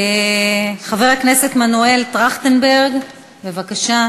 חבר הכנסת מנואל טרכטנברג, בבקשה.